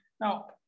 Now